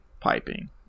piping